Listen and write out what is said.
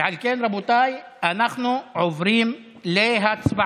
ועל כן, רבותיי, אנחנו עוברים להצבעה.